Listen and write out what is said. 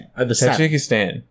Tajikistan